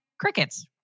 crickets